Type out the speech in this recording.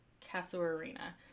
Casuarina